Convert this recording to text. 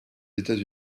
états